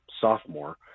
sophomore